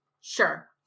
sure